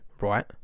right